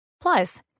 Plus